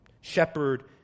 shepherd